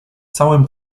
całym